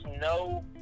no